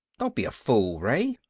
don't be a fool, ray,